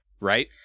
right